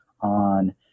on